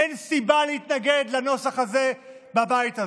אין סיבה להתנגד לנוסח הזה בבית הזה.